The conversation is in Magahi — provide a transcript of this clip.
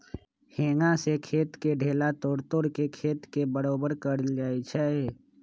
हेंगा से खेत के ढेला तोड़ तोड़ के खेत के बरोबर कएल जाए छै